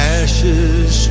ashes